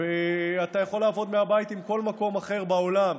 ואתה יכול לעבוד מהבית עם כל מקום אחר בעולם,